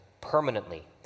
permanently